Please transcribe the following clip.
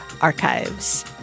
Archives